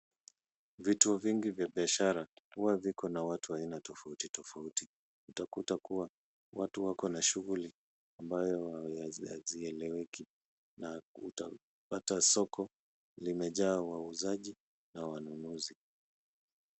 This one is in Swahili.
Vituo vingi vya biashara huwa viko na watu wa aina tofauti tofauti, utakuta kuwa watu wako na shughuli ambayo hazieleweki na utapata soko limejaa wauzaji na wanunuzi.